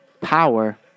Power